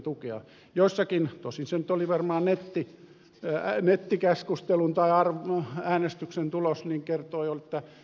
jossakin tosin se nyt oli varmaan nettikeskustelun tai äänestyksen tulos kerrottiin että ed